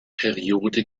periode